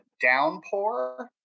downpour